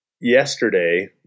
yesterday